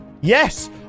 Yes